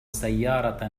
سيارة